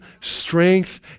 strength